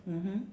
mmhmm